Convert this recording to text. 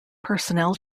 personnel